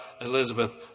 Elizabeth